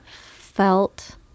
felt